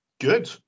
Good